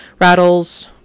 rattles